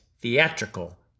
theatrical